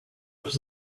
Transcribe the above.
was